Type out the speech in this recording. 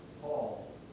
Paul